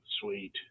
Sweet